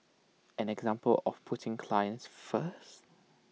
an example of putting clients first